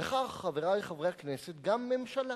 וכך, חברי חברי הכנסת, גם הממשלה